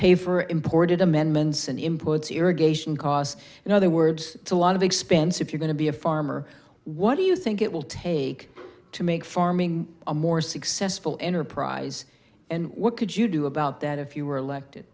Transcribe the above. pay for imported amendments and implodes irrigation cost in other words a lot of expense if you're going to be a farmer what do you think it will take to make farming a more successful enterprise and what could you do about that if you were elected